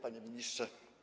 Panie Ministrze!